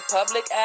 Public